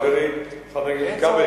חברי חבר הכנסת כבל,